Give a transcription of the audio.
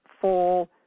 Full